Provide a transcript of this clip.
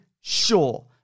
sure